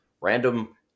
random